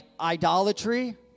idolatry